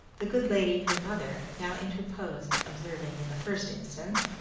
the good lady her mother now interposed, observing, in the first instance,